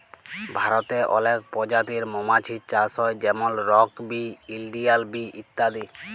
ভারতে অলেক পজাতির মমাছির চাষ হ্যয় যেমল রক বি, ইলডিয়াল বি ইত্যাদি